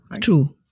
True